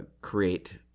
create